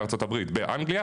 באנגליה,